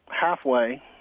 halfway